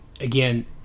again